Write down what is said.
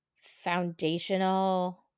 foundational